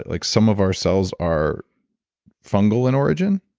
like some of ourselves are fungal in origin?